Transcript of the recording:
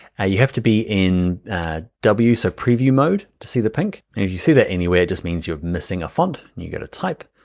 ah you have to be in w, so preview mode to see the pink, and if you see that anywhere it just means you are missing a font, and you go to type,